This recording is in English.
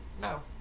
No